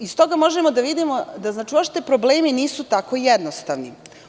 Iz toga možemo da vidimo, da znači uopšte problemi nisu tako jednostavni.